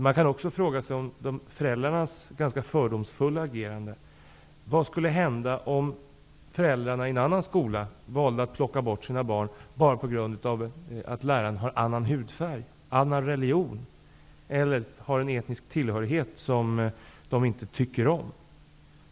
Man kan också fråga sig, med tanke på föräldrarnas ganska fördomsfulla agerande, vad som skulle hända om föräldrarna i en annan skola valde att plocka bort sina barn på grund av att läraren har en annan hudfärg, annan religion eller en etnisk tillhörighet som de inte tycker om.